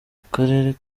karere